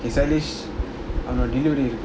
chinese